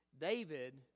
David